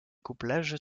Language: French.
couplage